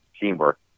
teamwork